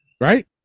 right